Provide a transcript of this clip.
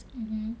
mmhmm